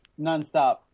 nonstop